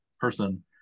person